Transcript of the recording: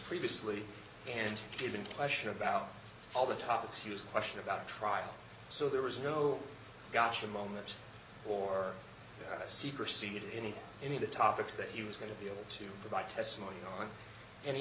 previously and given question about all the topics used question about a trial so there was no gotcha moment or a secrecy to any any of the topics that he was going to be able to provide testimony on and he